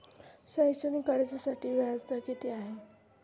शैक्षणिक कर्जासाठी व्याज दर किती आहे?